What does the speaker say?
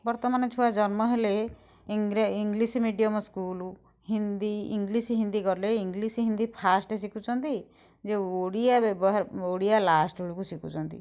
ବର୍ତ୍ତମାନ ଛୁଆ ଜନ୍ମ ହେଲେ English medium school Hindi English ଗଲେ ଇଂଲିଶ୍ ହିନ୍ଦୀ ଫାର୍ଷ୍ଟ ଶିଖୁଛନ୍ତି ଯେ ଓଡ଼ିଆ ବ୍ୟବହାର ଓଡ଼ିଆ ଲାଷ୍ଟ୍ ବେଳକୁ ଶିଖୁଛନ୍ତି